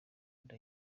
nda